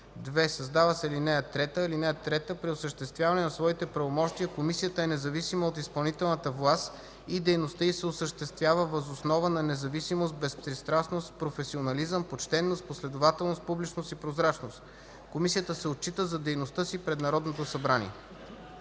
2. Създава се ал. 3: „(3) При осъществяване на своите правомощия комисията е независима от изпълнителната власт и дейността й се осъществява въз основа на независимост, безпристрастност, професионализъм, почтеност, последователност, публичност и прозрачност. Комисията се отчита за дейността си пред Народното събрание.”